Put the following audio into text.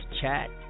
chat